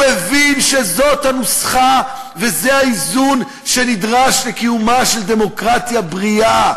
הוא הבין שזאת הנוסחה וזה האיזון שנדרש לקיומה של דמוקרטיה בריאה,